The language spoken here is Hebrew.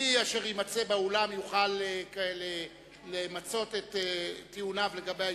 מי אשר יימצא באולם יוכל למצות את טיעוניו לגבי ההסתייגות,